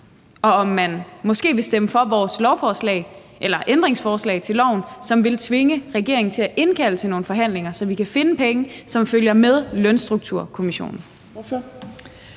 og om man måske vil stemme for vores ændringsforslag til lovforslaget, som vil tvinge regeringen til at indkalde til nogle forhandlinger, så vi kan finde penge, som følger med lønstrukturkomitéen.